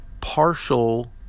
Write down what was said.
partial